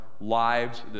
lives